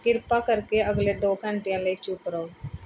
ਕਿਰਪਾ ਕਰਕੇ ਅਗਲੇ ਦੋ ਘੰਟਿਆਂ ਲਈ ਚੁੱਪ ਰਹੋ